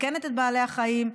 מסכנת את בעלי החיים,